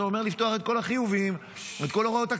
זה אומר לפתוח את כל החיובים, את כל הוראות הקבע.